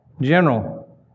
General